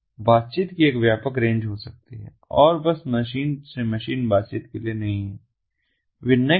तो बातचीत की व्यापक रेंज हो सकती है और बस मशीन से मशीन बातचीत के लिए नहीं